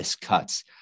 cuts